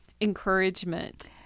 encouragement